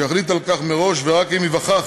שיחליט על כך מראש, ורק אם ייווכח